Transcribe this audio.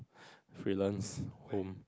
freelance home